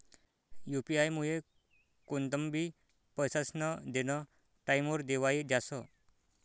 UP आयमुये कोणतंबी पैसास्नं देनं टाईमवर देवाई जास